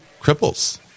cripples